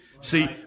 See